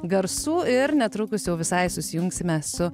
garsų ir netrukus jau visai susijungsime su